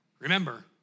remember